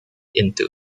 into